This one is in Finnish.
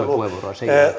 olisi